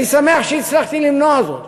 ואני שמח שהצלחתי למנוע זאת,